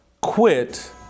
quit